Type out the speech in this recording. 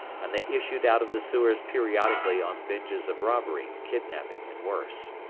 and they issued out of the sewers periodically on binges of robbery, kidnapping, and worse.